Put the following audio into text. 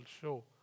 show